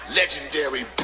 legendary